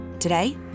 Today